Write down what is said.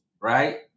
right